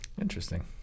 Interesting